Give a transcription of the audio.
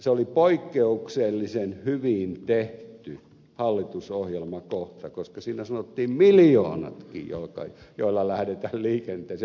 se oli poikkeuksellisen hyvin tehty hallitusohjelmakohta koska siinä sanottiin miljoonatkin joilla lähdetään liikenteeseen